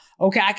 okay